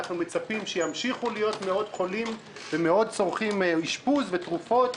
אנחנו מצפים שימשיכו להיות מאות חולים ומאות צורכים תרופות ואשפוז,